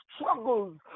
struggles